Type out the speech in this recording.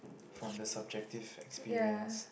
from the subjective experience